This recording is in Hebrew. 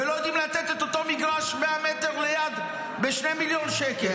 ולא יודעים לתת את אותו מגרש 100 מטר ליד ב-2 מיליון שקל.